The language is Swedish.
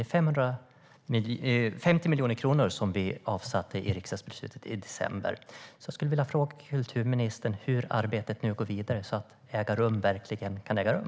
I riksdagsbeslutet i december avsatte vi 50 miljoner kronor. Jag skulle vilja fråga kulturministern hur arbetet nu går vidare, så att Äga rum verkligen kan äga rum.